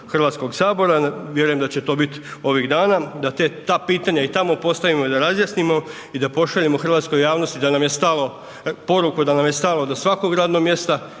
Hrvatskog sabora. Vjerujem da će to biti ovih dana, da ta pitanja i tamo postavimo i da razjasnimo i da pošaljemo hrvatskoj javnosti da nam je stalo, poruku da nam je stalo do svakog radnog mjesta